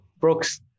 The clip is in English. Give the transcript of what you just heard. brooks